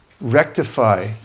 rectify